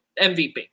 MVP